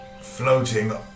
floating